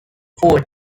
food